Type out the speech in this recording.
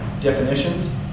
definitions